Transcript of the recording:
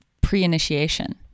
pre-initiation